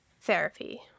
therapy